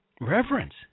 reverence